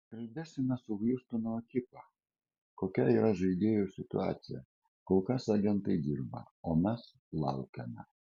kalbėsime su hjustono ekipa kokia yra žaidėjo situacija kol kas agentai dirba o mes laukiame